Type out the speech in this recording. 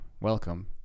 welcome